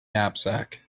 knapsack